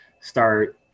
start